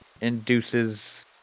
induces